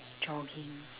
jogging